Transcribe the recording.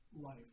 life